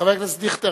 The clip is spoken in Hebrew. וחבר הכנסת דיכטר,